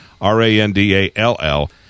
R-A-N-D-A-L-L